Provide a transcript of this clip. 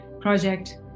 project